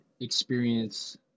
experience